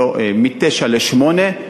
מתשע לשמונה,